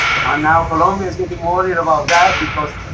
ah now colombia is getting worried about that because